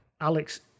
Alex